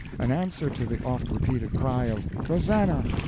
an answer to the oft-repeated cry of rosannah!